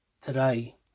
today